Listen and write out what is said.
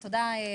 נעולה.